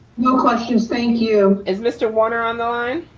no questions, thank you. is mr. warner on the line.